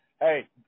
hey